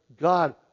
God